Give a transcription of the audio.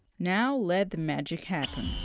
now, let the magic happen.